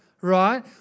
Right